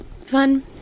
fun